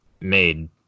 made